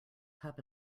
cup